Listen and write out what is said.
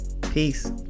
Peace